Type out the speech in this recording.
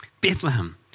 Bethlehem